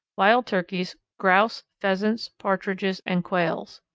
wild turkeys, grouse, pheasants, partridges, and quails.